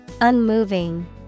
unmoving